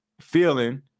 feeling